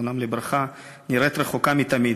זיכרונם לברכה, נראית רחוקה מתמיד.